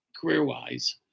career-wise